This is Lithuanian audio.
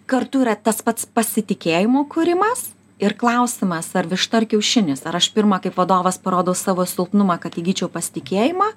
kartu yra tas pats pasitikėjimo kūrimas ir klausimas ar višta ar kiaušinis ar aš pirma kaip vadovas parodau savo silpnumą kad įgyčiau pasitikėjimą